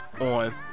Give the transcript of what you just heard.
on